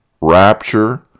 rapture